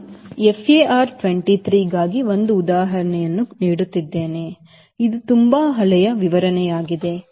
ನಾನು FAR23 ಗಾಗಿ ಒಂದು ಉದಾಹರಣೆಯನ್ನು ನೀಡುತ್ತಿದ್ದೇನೆ ಇದು ತುಂಬಾ ಹಳೆಯ ವಿವರಣೆಯಾಗಿದೆ